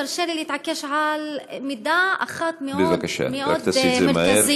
תרשה לי להתעקש על מידע אחד מאוד מאוד מרכזי.